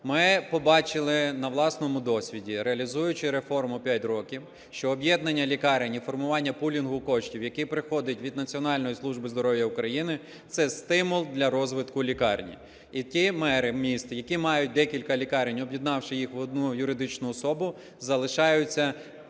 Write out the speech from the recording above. Ми побачили на власному досвіді, реалізуючи реформу п'ять років, що об'єднання лікарень і формування пулінгу коштів, який приходить від Національної служби здоров'я України, – це стимул для розвитку лікарні. І ті мери міст, які мають декілька лікарень, об'єднавши їх в одну юридичну особу, залишаються